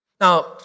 Now